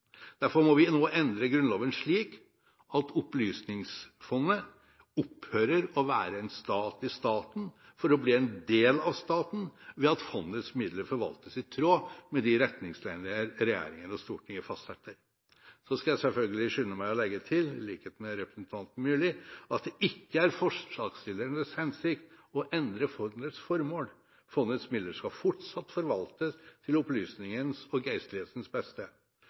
Derfor må vi nå endre Grunnloven slik at Opplysningsvesenets fond opphører å være en stat i staten for å bli en del av staten, ved at fondets midler forvaltes i tråd med de retningslinjer regjeringer og Stortinget fastsetter. Så skal jeg selvfølgelig skynde meg å legge til – i likhet med representanten Myrli – at det ikke er forslagsstillernes hensikt å endre fondets formål. Fondets midler skal fortsatt forvaltes til opplysningens og geistlighetens beste.